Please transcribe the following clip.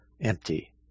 empty